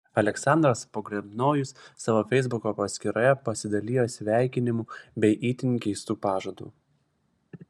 aleksandras pogrebnojus savo feisbuko paskyroje pasidalijo sveikinimu bei itin keistu pažadu